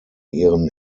ihren